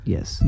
Yes